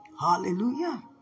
Hallelujah